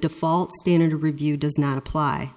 default standard of review does not apply